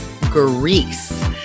Greece